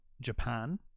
Japan